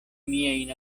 miajn